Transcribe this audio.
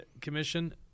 Commission